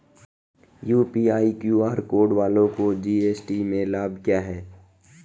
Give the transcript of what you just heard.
UPI QR code वालों को GST में लाभ क्या है?